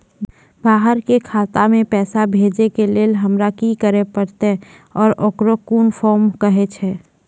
बाहर के खाता मे पैसा भेजै के लेल हमरा की करै ला परतै आ ओकरा कुन फॉर्म कहैय छै?